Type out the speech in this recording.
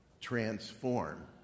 transform